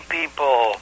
people